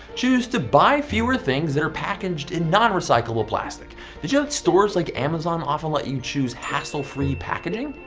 choose to buy fewer things that are packaged in non-recyclable plastic. did you know that stores like amazon often let you choose hassle-free packaging?